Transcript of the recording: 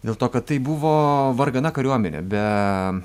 dėl to kad tai buvo vargana kariuomenė be